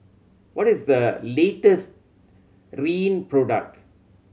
what is the latest Rene product